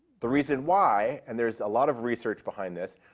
the reason why, and there's a lot of research behind this,